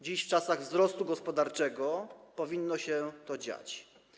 Dziś, w czasach wzrostu gospodarczego, powinno się to dziać.